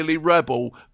rebel